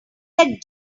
that